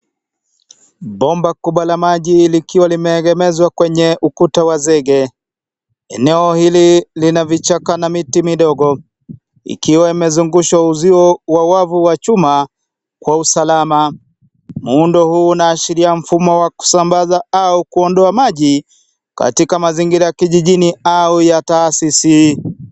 Bomba kubwa la maji ilikiwa limegemezwa kwenye ukuta wa zege. Eneo hili lina vichaka na miti midogo. Ikiwa imezungushwa uzio wa wavu wa chuma, kwa usalama. Muundo huu unaashiria mfumo wa kusambaza au kuondoa maji, katika mazingira kijijini au ya taasisi.